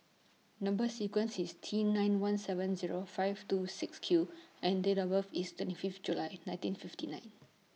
Number sequence IS T nine one seven Zero five two six Q and Date of birth IS twenty Fifth July nineteen fifty nine